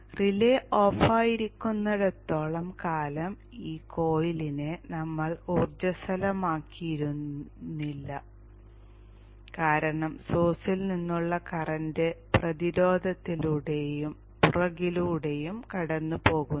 relay ഓഫായിരിക്കുന്നിടത്തോളം കാലം ഈ കോയിലിനെ നമ്മൾ ഊർജ്ജസ്വലമാക്കുമായിരുന്നില്ല കാരണം സോഴ്സിൽ നിന്നുള്ള കറന്റ് പ്രതിരോധത്തിലൂടെയും പുറകിലൂടെയും കടന്നുപോകുന്നു